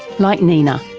like nina.